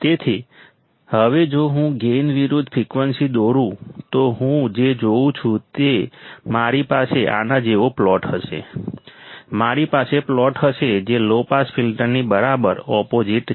તેથી હવે જો હું ગેઇન વિરુદ્ધ ફ્રિક્વન્સી દોરું તો હું જે જોઉં છું કે મારી પાસે આના જેવો પ્લોટ હશે મારી પાસે પ્લોટ હશે જે લો પાસ ફિલ્ટરની બરાબર ઓપોઝિટ છે